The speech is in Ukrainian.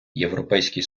європейський